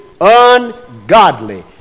Ungodly